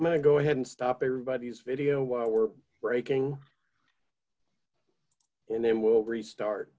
to go ahead and stop everybody's video while we're breaking and then we'll restart